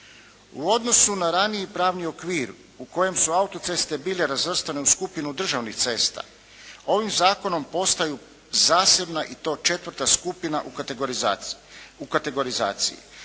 U odnosu na raniji pravni okvir u kojem su auto-ceste bile razvrstane u skupinu državnih cesta ovim zakonom postaju zasebna i to 4. skupina u kategorizaciji.